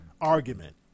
argument